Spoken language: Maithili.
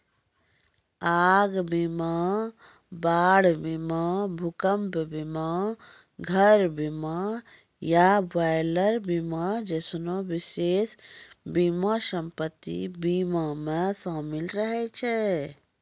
आग बीमा, बाढ़ बीमा, भूकंप बीमा, घर बीमा या बॉयलर बीमा जैसनो विशेष बीमा सम्पति बीमा मे शामिल रहै छै